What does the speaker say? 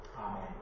Amen